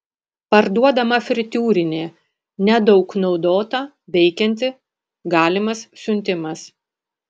parduodama fritiūrinė nedaug naudota veikianti galimas siuntimas